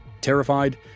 Terrified